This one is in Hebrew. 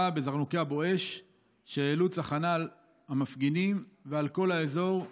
בזרנוקי הבואש שהעלו צחנה על המפגינים ועל כל האזור,